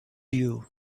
you